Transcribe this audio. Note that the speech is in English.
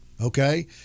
Okay